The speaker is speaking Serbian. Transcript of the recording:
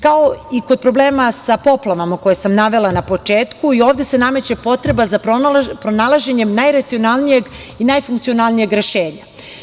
Kao i kod problema sa poplavama koje sam navela na početku i ovde se nameće potreba za pronalaženjem najracionalnijeg i najfunkcionalnijeg rešenja.